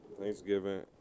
Thanksgiving